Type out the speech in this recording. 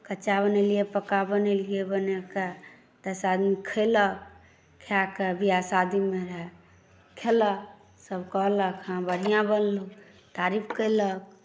कच्चा बनेलियै पक्का बनेलियै बना कऽ दस आदमी खयलक खा कऽ ब्याह शादीमे खेलक सभ कहलक हँ बढ़िआँ बनलहु तारीफ कयलक